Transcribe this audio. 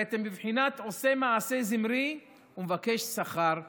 הרי אתם בבחינת עושה מעשה זמרי ומבקש שכר כפנחס.